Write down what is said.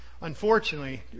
Unfortunately